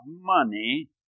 money